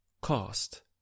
cost